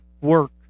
work